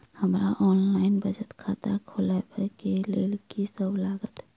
हमरा ऑनलाइन बचत खाता खोलाबै केँ लेल की सब लागत?